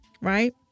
right